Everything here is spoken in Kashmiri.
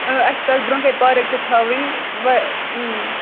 اۭں اَسہِ چھِ تَتھ برونہہ کَنہِ پارَک تہِ تھاوٕنۍ وۄنۍ